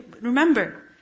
Remember